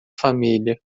família